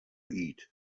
eat